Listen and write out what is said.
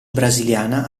brasiliana